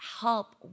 help